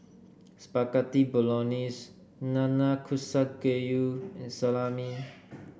Spaghetti Bolognese Nanakusa Gayu and Salami